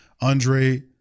Andre